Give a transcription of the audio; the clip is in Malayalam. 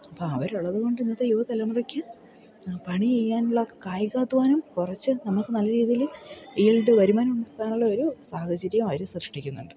അപ്പോൾ അവരുള്ളത് കൊണ്ട് ഇന്നത്തെ യുവ തലമുറക്ക് പണി ചെയ്യാനുള്ള കായികാധ്വാനം കുറച്ച് നമുക്ക് നല്ല രീതിയിൽ ഈൽഡ് വരുമാനം ഉണ്ടാക്കാനുള്ള ഒരു സാഹചര്യം അവർ സൃഷ്ടിക്കുന്നുണ്ട്